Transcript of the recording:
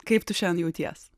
kaip tu šiandien jauties